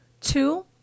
Two